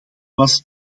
was